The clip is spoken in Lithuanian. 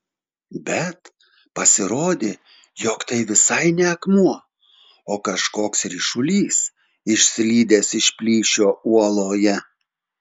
bet pasirodė jog tai visai ne akmuo o kažkoks ryšulys išslydęs iš plyšio uoloje